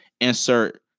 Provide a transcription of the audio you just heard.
insert